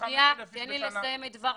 --- סגן השר לביטחון הפנים דסטה גדי